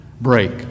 break